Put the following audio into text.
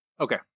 okay